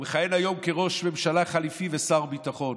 והוא מכהן היום כראש ממשלה חליפי ושר הביטחון: